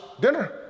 dinner